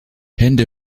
hände